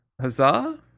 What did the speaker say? Huzzah